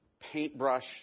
paintbrush